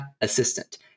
assistant